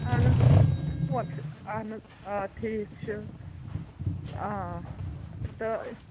اَہَن حظ پونٛڈ چھِ اَہَن حظ آ ٹھیٖک چھُ آ تہٕ